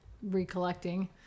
recollecting